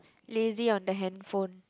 lazy on the handphone